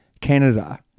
Canada